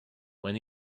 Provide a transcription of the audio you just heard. when